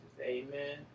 Amen